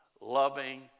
loving